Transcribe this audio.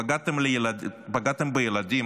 פגעתם בילדים,